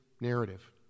narrative